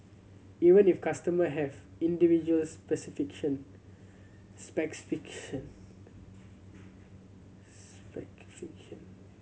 even if customer have individual